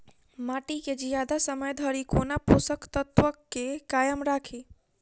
माटि केँ जियादा समय धरि कोना पोसक तत्वक केँ कायम राखि?